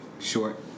Short